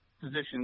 positions